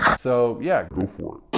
so yeah go for